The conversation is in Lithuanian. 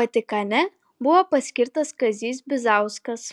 vatikane buvo paskirtas kazys bizauskas